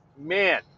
man